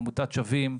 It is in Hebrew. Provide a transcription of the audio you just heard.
עמותת שווים,